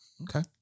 Okay